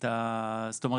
זאת אומרת,